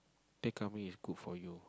they coming is good for you